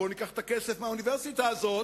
בוא וניקח את הכסף מהאוניברסיטה הזאת,